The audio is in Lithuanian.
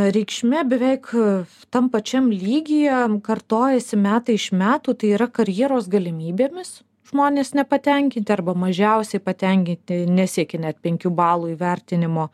reikšme beveik tam pačiam lygyje kartojasi metai iš metų tai yra karjeros galimybėmis žmonės nepatenkinti arba mažiausiai patenkinti nesiekia net penkių balų įvertinimo